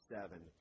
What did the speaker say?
seven